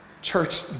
Church